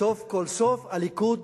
סוף כל סוף הליכוד